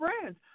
friends